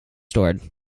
stored